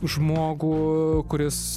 žmogų kuris